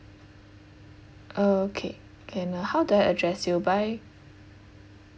okay and uh how do I address you by